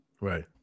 Right